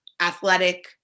athletic